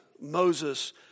Moses